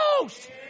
Ghost